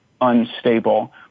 unstable